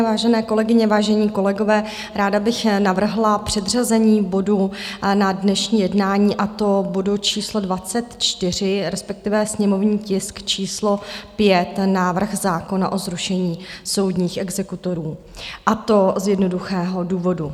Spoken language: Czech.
Vážené kolegyně, vážení kolegové, ráda bych navrhla předřazení bodu na dnešní jednání, a to bodu číslo 24, respektive sněmovního tisku číslo 5, návrh zákona o zrušení soudních exekutorů, a to z jednoduchého důvodu.